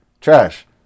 Trash